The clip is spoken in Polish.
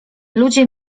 ludzie